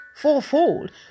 fourfold